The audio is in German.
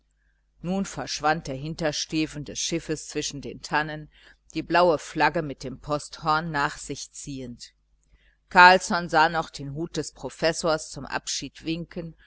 nun verschwand der hintersteven des schiffes zwischen den tannen die blaue flagge mit dem posthorn nach sich ziehend carlsson sah noch den hut des professors zum abschied winken